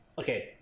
Okay